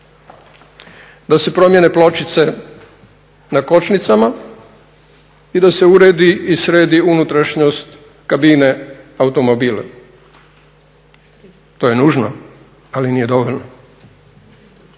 da se promijene pločice na kočnicama i da se uredi i sredi unutrašnjost kabine automobila. To je nužno, ali nije dovoljno.